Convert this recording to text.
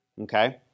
Okay